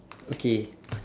okay